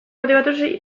motibatuz